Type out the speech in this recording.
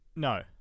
No